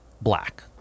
black